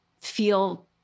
feel